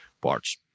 parts